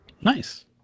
Nice